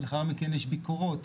לאחר מכן יש ביקורות.